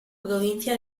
provincia